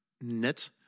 net